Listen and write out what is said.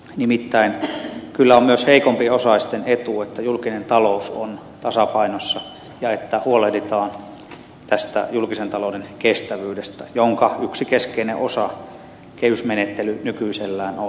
nimittäin kyllä on myös heikompiosaisten etu että julkinen talous on tasapainossa ja että huolehditaan tästä julkisen talouden kestävyydestä jonka yksi keskeinen osa kehysmenettely nykyisellään on